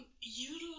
utilize